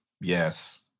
yes